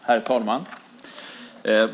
Herr talman!